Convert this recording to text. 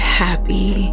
happy